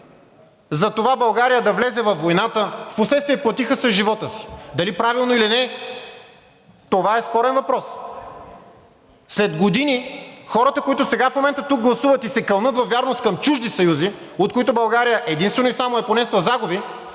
за това България да влезе във войната, впоследствие платиха с живота си. Дали правилно или не, това е спорен въпрос. След години хората, които сега в момента тук гласуват и се кълнат във вярност към чужди съюзи, от които България единствено и само е понесла загуби,